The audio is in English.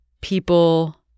people